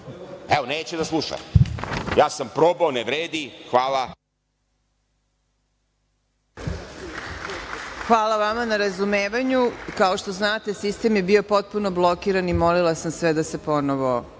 Evo, neće da sluša. Ja sam probao. Ne vredi. Hvala. **Marina Raguš** Hvala vama na razumevanju. Kao što znate, sistem je bio potpuno blokiran i molila sam sve da se ponovo